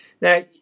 Now